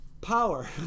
Power